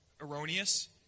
erroneous